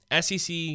SEC